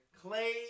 Clay